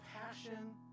passion